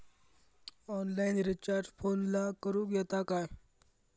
Online recharge फोनला करूक येता काय?